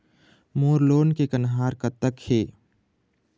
मोर loan के कन्हार कतक हे?